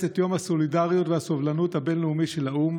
את יום הסולידריות והסובלנות הבין-לאומי של האו"ם